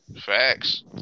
facts